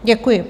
Děkuji.